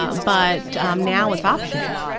ah but um now it's optional,